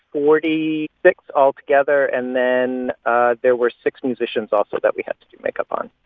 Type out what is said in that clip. forty six altogether. and then there were six musicians, also, that we had to do makeup on